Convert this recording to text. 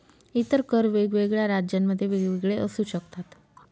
इतर कर वेगवेगळ्या राज्यांमध्ये वेगवेगळे असू शकतात